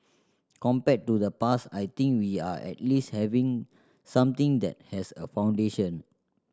compared to the past I think we are at least having something that has a foundation